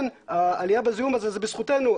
כן העלייה בזיהום הזה היא בזכותנו,